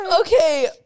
okay